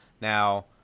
Now